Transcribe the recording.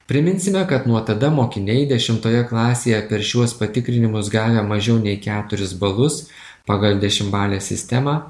priminsime kad nuo tada mokiniai dešimtoje klasėje per šiuos patikrinimus gavę mažiau nei keturis balus pagal dešimtbalę sistemą